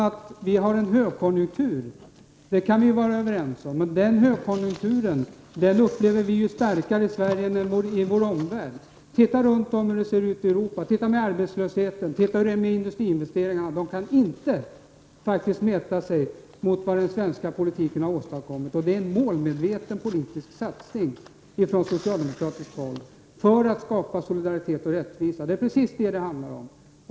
Att vi har en högkonjunktur kan vi vara överens om, men denna upplever vi starkare i Sverige än i vår omvärld. Titta hur det ser ut i Europa med arbetslösheten och med industriinvesteringarna! Andra länder kan faktiskt inte mäta sig med vad den svenska politiken har åstadkommit. Och det har varit en målmedveten politisk satsning från socialdemokratiskt håll för att skapa solidaritet och rättvisa — det är precis vad det handlar om.